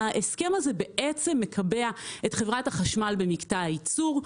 ההסכם הזה בעצם מקבע את חברת החשמל במקטע הייצור,